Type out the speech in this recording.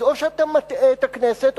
אז או שאתה מטעה את הכנסת,